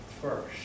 first